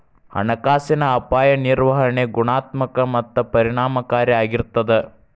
ಹಣಕಾಸಿನ ಅಪಾಯ ನಿರ್ವಹಣೆ ಗುಣಾತ್ಮಕ ಮತ್ತ ಪರಿಣಾಮಕಾರಿ ಆಗಿರ್ತದ